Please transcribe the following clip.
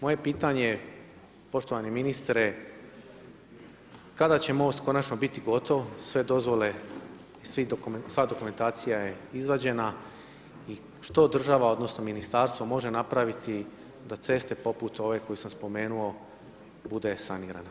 Moje pitanje je poštovani ministre kada će most konačno biti gotov, sve dozvole i sva dokumentacija je izvađena i što država odnosno ministarstvo može napraviti da ceste poput ove koju sam spomenuo bude sanirana?